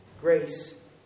grace